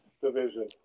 division